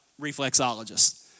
reflexologists